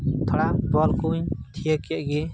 ᱛᱷᱚᱲᱟ ᱵᱚᱞ ᱠᱚᱧ ᱛᱷᱤᱭᱟᱹ ᱠᱮᱫ ᱜᱤᱧ